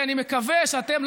אני מקווה שאתם,